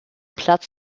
platz